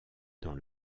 dans